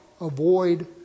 avoid